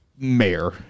Mayor